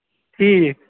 ٹھیٖک